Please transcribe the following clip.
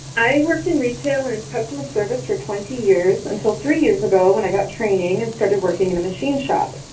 i worked in retail and and customer service for twenty years until three years ago when i got training and started working in a machine shop.